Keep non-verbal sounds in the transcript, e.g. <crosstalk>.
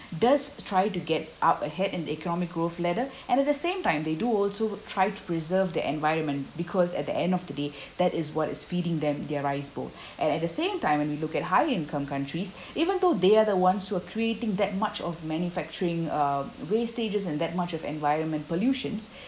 does try to get up ahead in the economic growth ladder and at the same time they do also try to preserve the environment because at the end of the day <breath> that is what is feeding them their rice bowl and at the same time when we look at high income countries even though they are the ones who are creating that much of manufacturing uh wastages and that much of environment pollutions